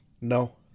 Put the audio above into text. No